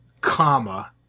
comma